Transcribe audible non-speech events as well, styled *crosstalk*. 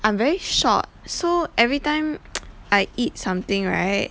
I'm very short so every time *noise* I eat something right